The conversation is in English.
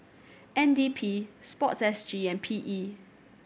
N D P Sport S G and P E